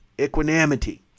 equanimity